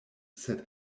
sed